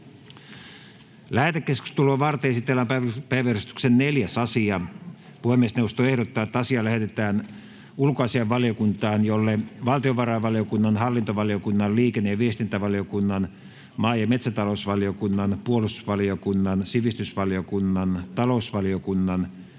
Lähetekeskustelua varten esitellään päiväjärjestyksen 4. asia. Puhemiesneuvosto ehdottaa, että asia lähetetään ulkoasiainvaliokuntaan, jolle valtiovarainvaliokunnan, hallintovaliokunnan, lakivaliokunnan, liikenne- ja viestintävaliokunnan, maa- ja metsätalousvaliokunnan, puolustusvaliokunnan, sivistysvaliokunnan, talousvaliokunnan,